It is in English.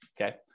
okay